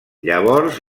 llavors